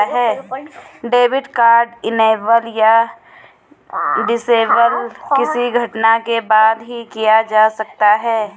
debit card enable या disable किसी घटना के बाद ही किया जा सकता है